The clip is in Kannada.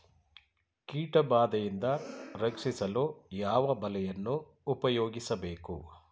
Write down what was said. ಕೀಟಬಾದೆಯಿಂದ ರಕ್ಷಿಸಲು ಯಾವ ಬಲೆಯನ್ನು ಉಪಯೋಗಿಸಬೇಕು?